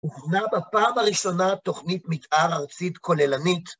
הוכנה בפעם הראשונה תוכנית מתאר ארצית כוללנית.